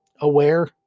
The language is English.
aware